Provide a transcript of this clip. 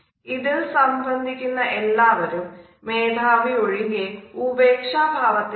ഇതിൽ സംബന്ധിക്കുന്ന എല്ലാവരും മേധാവി ഒഴികെ ഉപേക്ഷ ഭാവത്തിൽ ആണ്